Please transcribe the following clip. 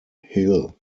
hill